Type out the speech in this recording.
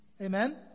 Amen